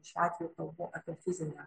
šiuo atveju kalbu apie fizinę